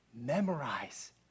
memorize